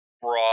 broad